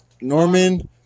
Norman